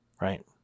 Right